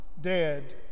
dead